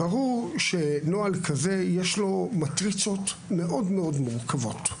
ברור שלנוהל כזה יש מטריצות מאוד מאוד מורכבות,